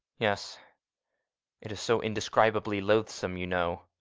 yes it's so indescribably loathsome, you know.